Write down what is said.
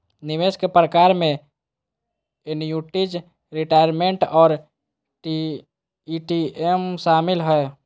निवेश के प्रकार में एन्नुटीज, रिटायरमेंट और ई.टी.एफ शामिल हय